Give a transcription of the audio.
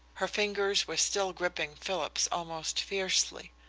her fingers were still gripping philip's almost fiercely.